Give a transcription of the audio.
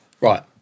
Right